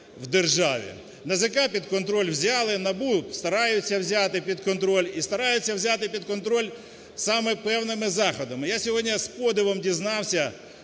в державі. НАЗК під контроль взяли, НАБУ стараються взяти під контроль і стараються взяти під контроль саме певними заходами. Я сьогодні з подивом дізнався